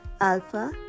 Alpha